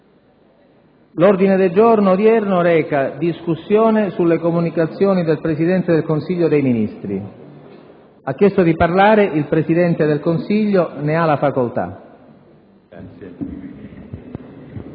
L'ordine del giorno reca: «Discussione sulle comunicazioni del Presidente del Consiglio dei ministri». Ha chiesto di parlare il presidente del Consiglio dei ministri,